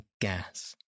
gas